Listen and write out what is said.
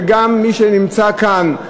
וגם מי שנמצא כאן,